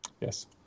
Yes